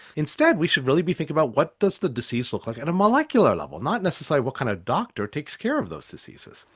instead we should really be thinking about what does the disease look like at a molecular level, not necessarily what kind of doctor takes care of those diseases.